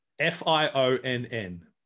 F-I-O-N-N